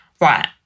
right